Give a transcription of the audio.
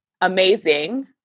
amazing